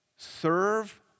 Serve